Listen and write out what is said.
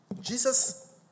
Jesus